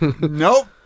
Nope